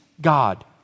God